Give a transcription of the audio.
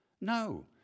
no